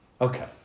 Okay